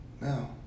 no